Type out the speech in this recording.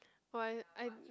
!wah! eh I